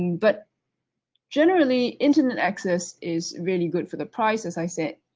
but generally, internet access is really good for the price. as i said,